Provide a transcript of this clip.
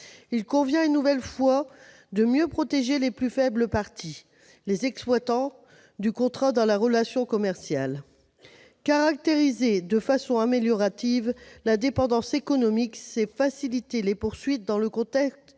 Il convient une nouvelle fois de mieux protéger les plus faibles parties du contrat, à savoir les exploitants, dans la relation commerciale. Caractériser de façon améliorative la dépendance économique, c'est faciliter les poursuites dans le contexte